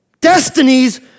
destinies